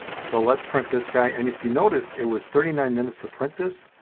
so let's print this guy and if you notice it was thirty nine minutes to print this.